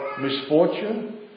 misfortune